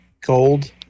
gold